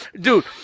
Dude